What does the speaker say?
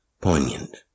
poignant